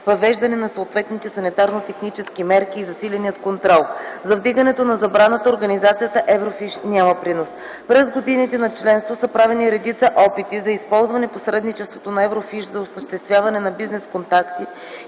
въвеждането на съответните санитарно-технически мерки и засиленият контрол. За вдигането на забраната организацията Еврофиш няма принос. През годините на членство са правени редица опити за използване посредничеството на Еврофиш за осъществяване на бизнес контакти